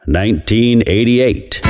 1988